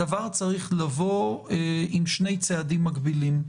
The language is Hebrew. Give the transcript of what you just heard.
הדבר צריך לבוא עם שני צעדים מקבילים.